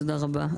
תודה רבה.